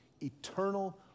eternal